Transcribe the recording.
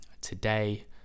today